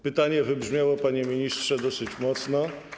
Pytanie wybrzmiało, panie ministrze dosyć mocno.